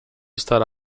estará